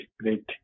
great